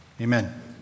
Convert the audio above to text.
amen